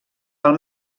pel